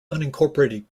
unincorporated